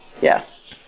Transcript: Yes